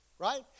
Right